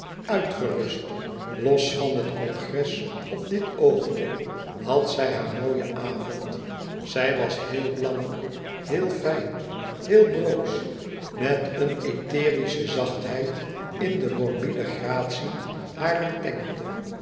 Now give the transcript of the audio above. uitgerust los van het congres op dit oogenblik had zij haar mooien avond zij was heel blank heel fijn heel broos met een etherische zachtheid in de morbide gratie harer